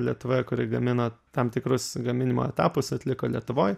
lietuvoje kuri gamino tam tikrus gaminimo etapus atliko lietuvoj